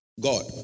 God